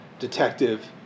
detective